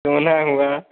सोना हुआ